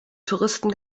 touristen